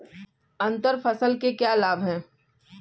अंतर फसल के क्या लाभ हैं?